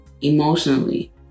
emotionally